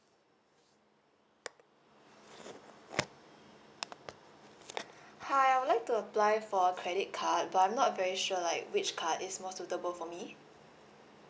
hi I would like to apply for a credit card but I'm not very sure like which card is more suitable for me